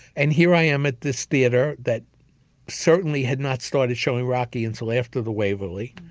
and here i am at this theater that certainly had not started showing rocky until after the waverly.